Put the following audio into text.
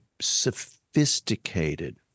sophisticated